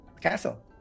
Castle